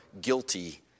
guilty